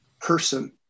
person